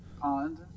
pond